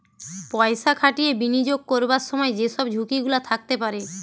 পয়সা খাটিয়ে বিনিয়োগ করবার সময় যে সব ঝুঁকি গুলা থাকতে পারে